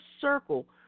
circle